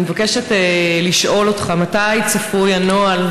רצוני לשאול: 1. מתי צפוי הנוהל,